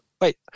wait